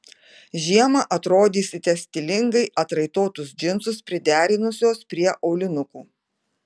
žiemą atrodysite stilingai atraitotus džinsus priderinusios prie aulinukų